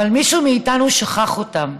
אבל מישהו מאיתנו שכח אותם.